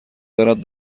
برد